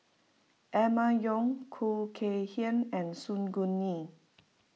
Emma Yong Khoo Kay Hian and Su Guaning